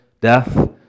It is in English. death